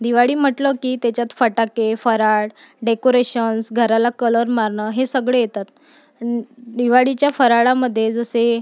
दिवाळी म्हटलं की त्याच्यात फटाके फराळ डेकोरेशन्स घराला कलर मारणं हे सगळं येतंत दिवाळीच्या फराळामध्ये जसे